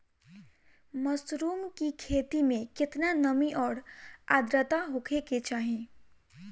Mushroom की खेती में केतना नमी और आद्रता होखे के चाही?